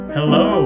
Hello